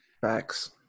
Facts